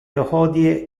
hodie